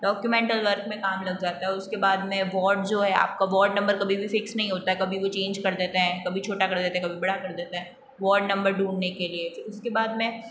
documental work में काम लग जाता है उसके बाद में वार्ड जो है आपका वार्ड नंबर कभी भी फ़िक्स नहीं होता है कभी भी चेंज कर देते हैं कभी छोटा कर देते हैं कभी बड़ा कर देते हैं वार्ड नंबर ढूँढने के लिए उसके बाद में